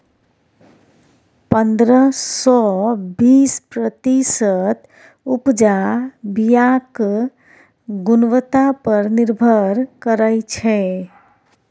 पंद्रह सँ बीस प्रतिशत उपजा बीयाक गुणवत्ता पर निर्भर करै छै